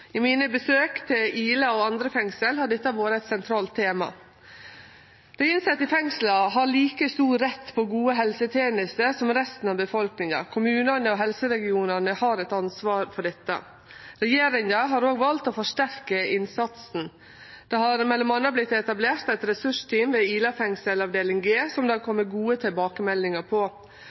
besøka mine til Ila og andre fengsel har dette vore eit sentralt tema. Dei innsette i fengsla har like stor rett på gode helsetenester som resten av befolkninga. Kommunane og helseregionane har eit ansvar for dette. Regjeringa har òg valt å forsterke innsatsen. Det har m.a. vorte etablert eit ressursteam ved Ila fengsel avdeling G som det har kome gode tilbakemeldingar på.